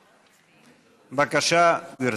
בבקשה, גברתי.